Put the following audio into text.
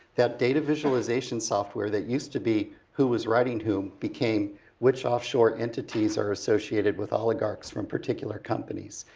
that data visualization software that used to be who is writing whom, became which offshore entities are associated with oligarchs from particular companies.